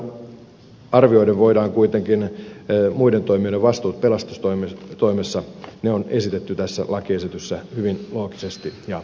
kokonaisuutena arvioiden muiden toimijoiden vastuu pelastustoimessa on esitetty tässä lakiesityksessä hyvin loogisesti ja selkeästi